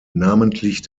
namentlich